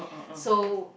so